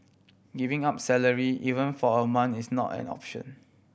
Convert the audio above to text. giving up salary even for a month is not an option